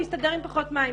הוא יסתדר עם פחות מים.